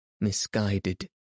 misguided